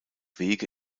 wege